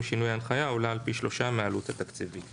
שינוי ההנחיה עולה על פי שלושה מהעלות התקציבית,"